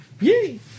Yay